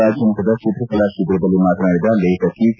ರಾಜ್ಯ ಮಟ್ಟದ ಚಿತ್ರಕಲಾ ಶಿಬಿರದಲ್ಲಿ ಮಾತನಾಡಿದ ಲೇಖಕಿ ಕೆ